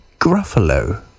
gruffalo